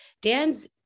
Dan's